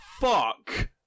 fuck